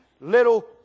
little